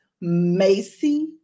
Macy